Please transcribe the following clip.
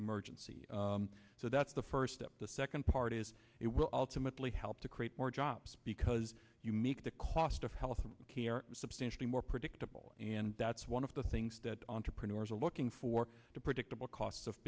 emergency so that's the first step the second part is it will ultimately help to create more jobs because you make the cost of health care substantially more predictable and that's one of the things that entrepreneurs are looking for the predictable costs of